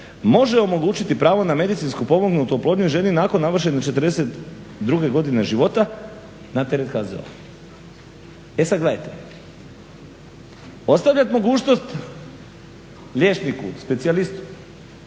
omogućiti pravo na medicinski pomognutu oplodnju i ženi nakon navršene 42 godine života na teret HZZO-a." E sad gledajte, ostavljat mogućnost liječniku specijalistu